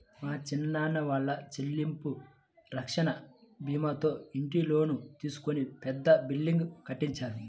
మా చిన్నాన్న వాళ్ళు చెల్లింపు రక్షణ భీమాతో ఇంటి లోను తీసుకొని పెద్ద బిల్డింగ్ కట్టించారు